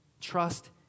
Trust